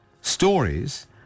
Stories